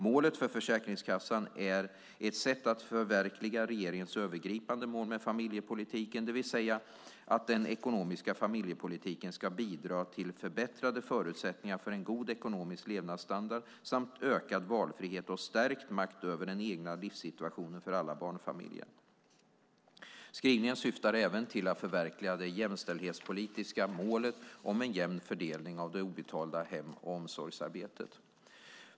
Målet för Försäkringskassan är ett sätt att förverkliga regeringens övergripande mål med familjepolitiken, det vill säga att den ekonomiska familjepolitiken ska bidra till förbättrade förutsättningar för en god ekonomisk levnadsstandard samt ökad valfrihet och stärkt makt över den egna livssituationen för alla barnfamiljer. Skrivningen syftar även till att förverkliga det jämställdhetspolitiska målet om en jämn fördelning av det obetalda hem och omsorgsarbetet.